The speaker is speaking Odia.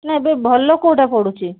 ନା ଏବେ ଭଲ କେଉଁଟା ପଡ଼ୁଛି